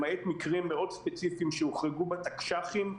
למעט מקרים מאוד ספציפיים שהוחרגו בתקש"חים,